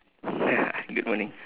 ya good morning